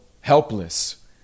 helpless